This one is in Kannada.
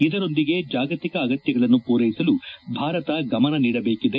ಇದರೊಂದಿಗೆ ಜಾಗತಿಕ ಅಗತ್ಲಗಳನ್ನು ಪೂರ್ಸೆಸಲು ಭಾರತ ಗಮನ ನೀಡಬೇಕಿದೆ